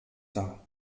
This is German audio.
dar